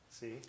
See